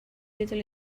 little